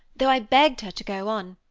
though i begged her to go on.